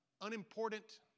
unimportant